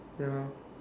ya